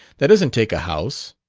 that doesn't take a house.